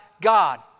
God